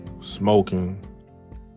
Smoking